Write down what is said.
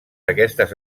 aquestes